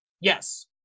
yes